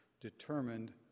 determined